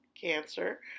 cancer